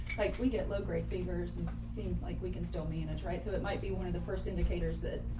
like we get low grade fevers and seems like we can still manage, right? so it might be one of the first indicators that,